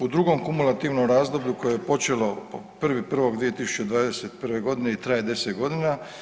U drugom kumulativnom razdoblju koje je počelo 1.1.2021. godine i traje 10 godina.